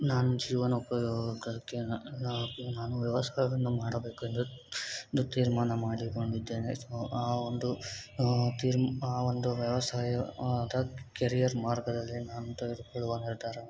ನಾನು ಜೀವನೋಪಯೋಗಕ್ಕೆ ನಾನು ನಾನು ವ್ಯವಸಾಯವನ್ನು ಮಾಡಬೇಕೆಂದು ಎಂದು ನಿ ತೀರ್ಮಾನ ಮಾಡಿಕೊಂಡಿದ್ದೇನೆ ಆ ಒಂದು ತೀರ್ಮ್ ಆ ಒಂದು ವ್ಯವಸಾಯದ ಕೆರಿಯರ್ ಮಾರ್ಗದಲ್ಲೇ ನಾನು ತೆಗೆದುಕೊಳ್ಳುವ ನಿರ್ಧಾರ ಅಂದರೆ